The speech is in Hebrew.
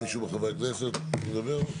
מישהו מחברי הכנסת רוצה לדבר?